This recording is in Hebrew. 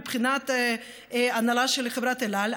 מבחינת ההנהלה של חברת אל על,